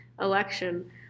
election